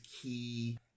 key